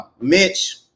Mitch